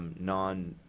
non